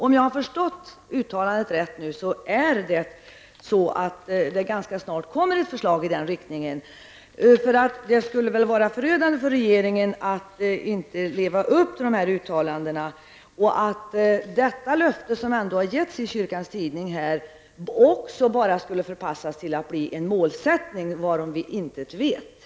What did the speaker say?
Om jag förstått statsrådets uttalande rätt kommer det snart ett förslag i den riktningen. Det skulle väl vara förödande för regeringen att inte leva upp till dessa uttalanden och om det löfte som ändå getts i Kyrkans Tidning bara skulle bli en ''målsättning'', varom vi ingenting vet.